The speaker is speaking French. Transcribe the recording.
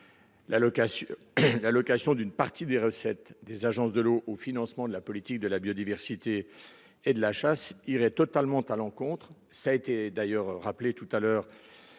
l'allocation d'une partie des recettes des agences de l'eau au financement de la politique de la biodiversité et de la chasse irait totalement à l'encontre